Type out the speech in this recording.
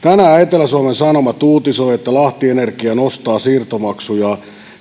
etelä suomen sanomat uutisoi että lahti energia nostaa siirtomaksuja